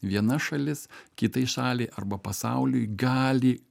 viena šalis kitai šaliai arba pasauliui gali